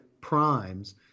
primes